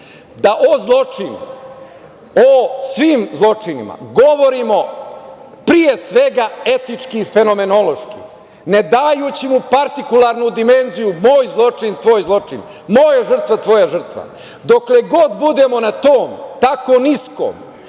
da o zločini, o svim zločinima govorimo, pre svega, etički i fenomenološki ne dajući mu partikularnu dimenziju – moj zločin, tvoj zločin, moja žrtva, tvoja žrtva. Dokle god budemo na tom, tako niskom